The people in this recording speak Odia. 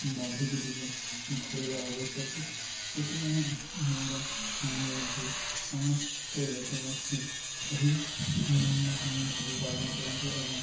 ଭାବିକି ଟିକେ କରିବା ଆବଶ୍ୟକ ସେଥିପାଇଁ ମୋର ଅନୁରୋଧ ଯେ ସମସ୍ତ ଦେଶବାସୀ ଏହି ନିୟମ କାନୁନ୍ ସବୁ ପାଳନ କରନ୍ତୁ ଏବଂ